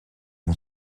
mon